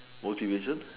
motivation